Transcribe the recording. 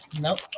nope